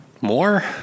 More